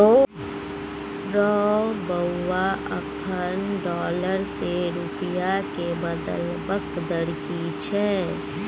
रौ बौआ अखन डॉलर सँ रूपिया केँ बदलबाक दर की छै?